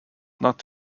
not